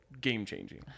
game-changing